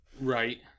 right